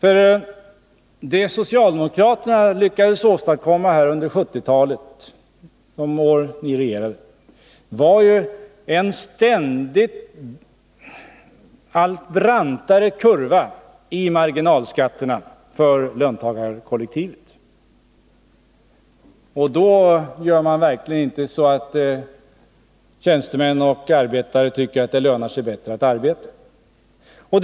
Vad socialdemokraterna lyckades åstadkomma under de år på 1970-talet som de regerade var en ständigt allt brantare marginalskattekurva för löntagarna. Det medförde att tjänstemän och arbetare inte tyckte att de extra arbetsinsatserna var tillräckligt lönsamma.